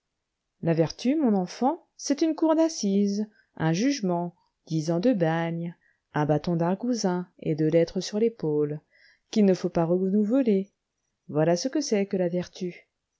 la vertu mon enfant c'est une cour d'assises un jugement dix ans de bagne un bâton d'argousin et deux lettres sur l'épaule qu'il ne faut pas renouveler voilà ce que c'est que la vertu